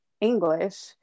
English